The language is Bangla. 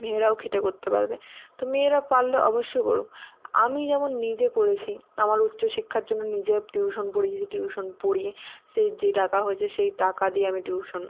মেয়েরাও খেটে করতে পারবে তো মেয়েরা পারলে অবশ্যই করুক আমি যেমন নিজে করেছি আমার উচ্চশিক্ষার জন্য নিজে টিউশন পড়িয়েছি টিউশন পড়িয়ে সে যে টাকা হয়েছে সেই টাকা দিয়ে আমি টিউশন